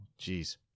Jeez